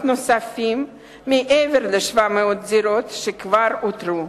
נוספים מעבר ל-700 הדירות שכבר אותרו.